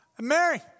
Mary